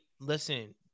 listen